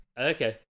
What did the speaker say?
okay